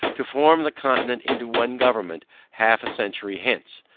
to form the continent into one government half a century hence.